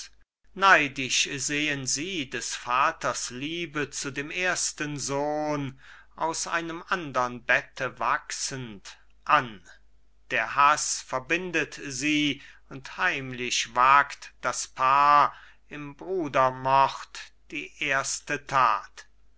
neidisch sehen sie des vaters liebe zu dem ersten sohn aus einem andern bette wachsend an der haß verbindet sie und heimlich wagt das paar im brudermord die erste that